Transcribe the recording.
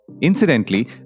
Incidentally